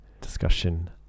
discussion